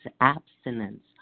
abstinence